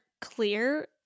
clear